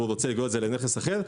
והוא רוצה לגרור אותה לנכס אחר.